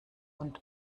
und